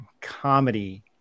comedy